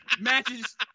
Matches